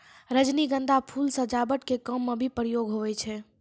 रजनीगंधा फूल सजावट के काम मे भी प्रयोग हुवै छै